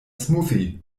smoothie